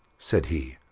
said he,